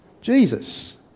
Jesus